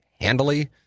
handily